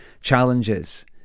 challenges